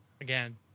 again